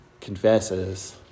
confesses